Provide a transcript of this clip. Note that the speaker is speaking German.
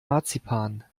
marzipan